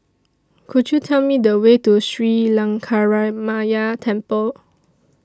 Could YOU Tell Me The Way to Sri Lankaramaya Temple